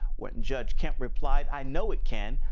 when judge kemp replied i know it can,